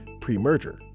pre-merger